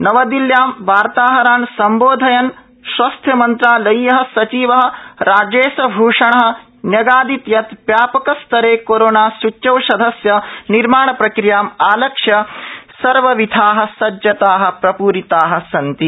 नवदिल्यां वार्ताहरान् सम्बोधयन् स्वास्थ्यमन्त्रालयीय सचिव राजेशभ़षण न्यगादीत् यत् व्या कस्तरे कोरोना सूच्यौ धस्य निर्माण प्रक्रियाम् आलक्ष्य सर्वविधा सज्जताः प्रप्रिताः सन्ति